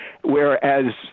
whereas